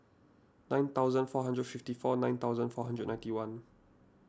nine thousand four hundred and fifty four nine thousand four hundred and ninety one